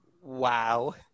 Wow